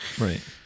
Right